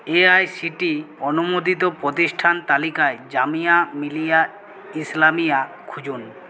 A I C T অনুমোদিত প্রতিষ্ঠান তালিকায় জামিয়া মিলিয়া ইসলামিয়া খুঁজুন